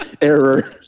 error